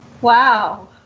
Wow